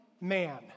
man